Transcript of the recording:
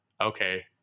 okay